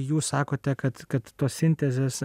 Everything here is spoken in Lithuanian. jūs sakote kad kad tos sintezės